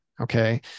Okay